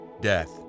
death